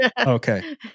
Okay